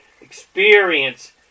experience